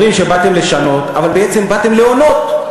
כן, אתם אומרים שבאתם לשנות אבל בעצם באתם להונות.